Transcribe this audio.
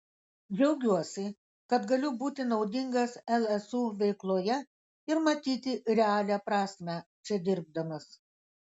džiaugiuosi kad galiu būti naudingas lsu veikloje ir matyti realią prasmę čia dirbdamas